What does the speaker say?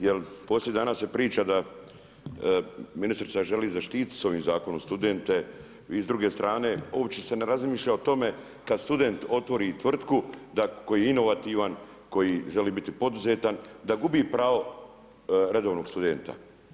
Jer, postoji danas se priča da ministrica želi zaštiti s ovim zakonom studente, vi s druge strane uopće se ne razmišlja o tome, kada student otvori tvrtku, koji je inovativan, koji želi biti poduzetan, da gubi pravo redovnog studenta.